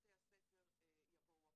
בתי הספר יבואו אחריהם.